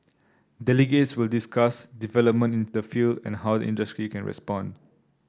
delegates will discuss development in the field and how the industry can respond